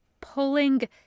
pulling